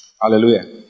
Hallelujah